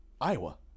Iowa